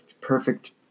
perfect